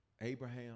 Abraham